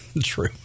True